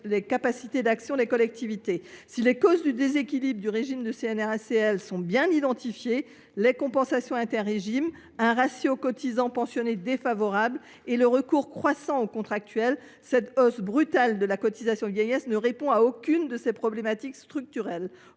les capacités d’action des collectivités. Si les causes du déséquilibre du régime de CNRACL sont bien identifiées – les compensations interrégimes, un ratio cotisants pensionnés défavorable, un recours croissant aux contractuels –, cette hausse brutale de la cotisation vieillesse ne répond à aucune de ces problématiques structurelles.